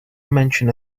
mention